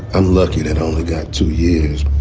unlucky, that only got two years,